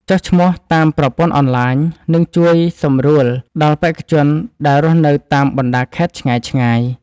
ចុះឈ្មោះតាមប្រព័ន្ធអនឡាញនឹងជួយសម្រួលដល់បេក្ខជនដែលរស់នៅតាមបណ្ដាខេត្តឆ្ងាយៗ។